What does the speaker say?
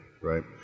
Right